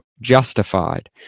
justified